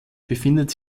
befindet